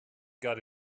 got